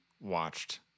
watched